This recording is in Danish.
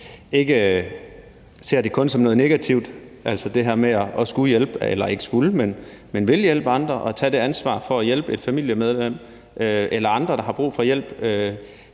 kun ser det som noget negativt, altså det her med at ville hjælpe andre og tage det ansvar at hjælpe et familiemedlem eller andre, der har brug for hjælp.